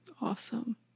awesome